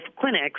clinics